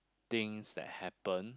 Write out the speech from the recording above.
things that happen